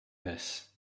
this